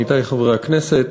עמיתי חברי הכנסת,